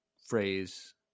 Phrase